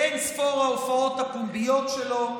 באין-ספור ההופעות הפומביות שלו.